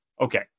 Okay